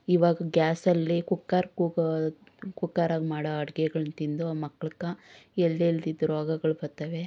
ಇವಾಗ ಗ್ಯಾಸಲ್ಲಿ ಕುಕ್ಕರ್ ಕೂಗೋ ಕುಕ್ಕರಾಗೆ ಮಾಡೋ ಅಡ್ಗೆಗಳನ್ನು ತಿಂದು ಮಕ್ಕಳ ಎಲ್ಲೆಲಿಂದ ರೋಗಗಳು ಬತ್ತವೆ